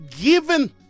given